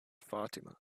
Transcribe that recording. fatima